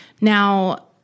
now